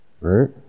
Right